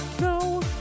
no